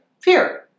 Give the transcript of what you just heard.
Fear